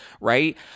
right